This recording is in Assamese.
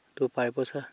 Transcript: পাই পইচা